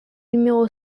numéro